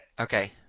Okay